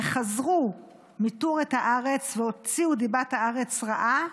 וחזרו מתור את הארץ והוציאו דיבת הארץ רעה.